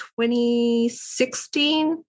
2016